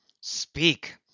Speak